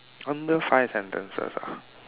under five sentences ah